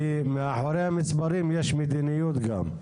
כי מאחורי המספרים יש מדיניות גם.